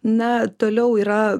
na toliau yra